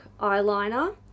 eyeliner